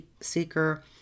seeker